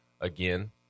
Again